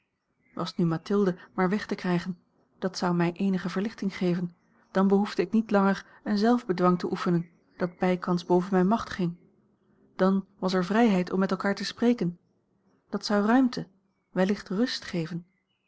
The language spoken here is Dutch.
was nu mathilde maar weg te krijgen dat zou mij eenige verlichting geven dan behoefde ik niet langer een zelfbedwang te oefenen dat bijkans boven mijne macht ging dan was er vrijheid om met elkaar te spreken dat zou ruimte wellicht rust geven